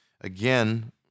Again